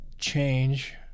change